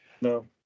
No